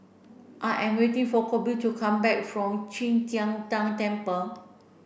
I am waiting for Colby to come back from Qi Tian Tan Temple